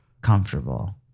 comfortable